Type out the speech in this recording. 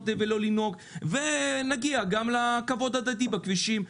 ולא לנהוג ונגיע גם לכבוד הדדי בכבישים.